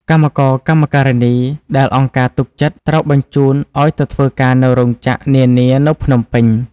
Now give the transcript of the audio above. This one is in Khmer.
កម្មករ កម្មការនី ដែលអង្គការទុកចិត្តត្រូវបញ្ជូនឱ្យទៅធ្វើការនៅរោងចក្រនានានៅភ្នំពេញ។